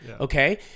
okay